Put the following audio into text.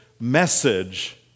message